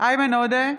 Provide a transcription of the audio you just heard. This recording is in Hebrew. איימן עודה,